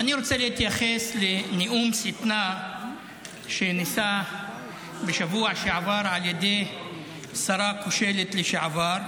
אני רוצה להתייחס לנאום שטנה שנישא בשבוע שעבר על ידי שרה כושלת לשעבר,